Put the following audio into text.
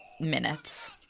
minutes